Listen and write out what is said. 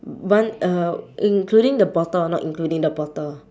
one uh including the bottle or not including the bottle